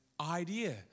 idea